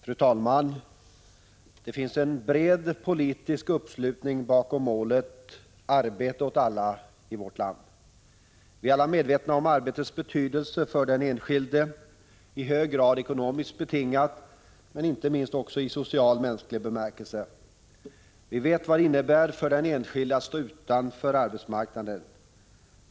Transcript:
Fru talman! Det finns en bred politisk uppslutning bakom målet arbete åt alla i vårt land. Vi är alla medvetna om arbetets betydelse för den enskilde, som i hög grad är ekonomiskt betingad. Men det gäller även och inte minst i social och mänsklig bemärkelse. Vi vet vad det innebär för den enskilde att stå utanför arbetsmarknaden.